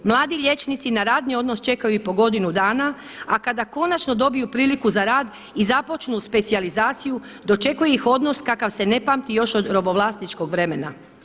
Mladi liječnici na radni odnos čekaju i po godinu dana a kada konačno dobiju priliku za rad i započnu specijalizaciju dočekuje ih odnos kakav se ne pamti još od robovlasničkog vremena.